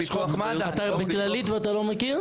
אתה בכללית ולא מכיר?